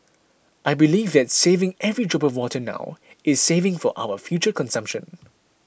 I believe that saving every drop of water now is saving for our future consumption